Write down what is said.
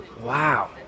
Wow